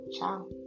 Ciao